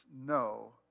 no